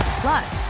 Plus